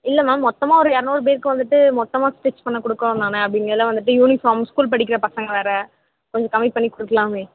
இல்லை மேம் மொத்தமாக ஒரு இரநூறு பேருக்கு வந்துவிட்டு மொத்தமாக ஸ்டிச் பண்ண கொடுக்குறோம் தானே அப்படிங்கைல வந்துவிட்டு யூனிஃபார்ம்ஸ் ஸ்கூல் படிக்கிற பசங்க வேறு கொஞ்சம் கம்மி பண்ணி கொடுக்கலாமே